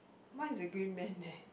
mine is a green man leh